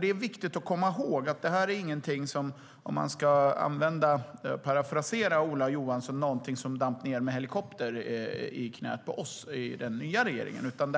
Det är viktigt att komma ihåg att detta inte är något som - om man ska parafrasera Ola Johansson - damp ned med helikopter i knät på oss i den nya regeringen, utan